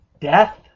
death